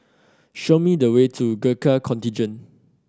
show me the way to Gurkha Contingent